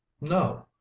No